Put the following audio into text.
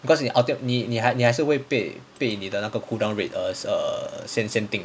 because you ulti 你还你还是会被被你的那个 cool down rate err err 限限定